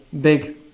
big